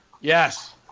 Yes